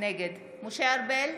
נגד משה ארבל,